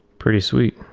pretty sweet.